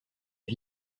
est